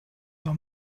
leur